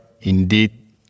Indeed